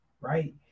right